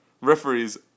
Referees